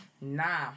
Nah